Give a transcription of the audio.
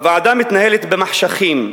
הוועדה מתנהלת במחשכים.